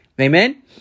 Amen